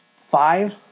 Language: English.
five